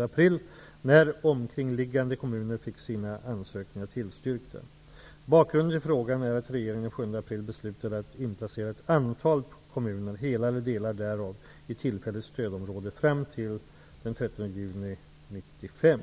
april när omkringliggande kommuner fick sina ansökningar tillstyrkta. Bakgrunden till frågan är att regeringen den 7 april beslutade att inplacera ett antal kommuner, hela eller delar därav, i tillfälligt stödområde fram till den 30 juni 1995.